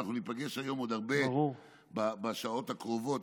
אנחנו ניפגש היום עוד הרבה בשעות הקרובות,